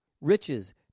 Riches